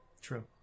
True